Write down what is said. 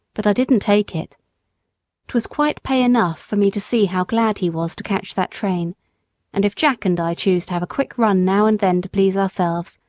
but i didn't take it twas quite pay enough for me to see how glad he was to catch that train and if jack and i choose to have a quick run now and then to please ourselves,